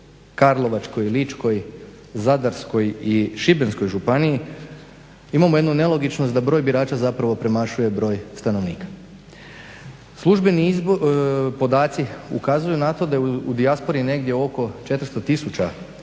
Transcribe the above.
Karlovačkoj, Ličkoj, Zadarskoj i Šibenskoj županiji imamo jednu nelogičnost da broj birača zapravo premašuje broj stanovnika. Službeni podaci ukazuju na to da je u dijaspori negdje oko 400 tisuća